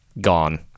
gone